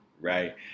right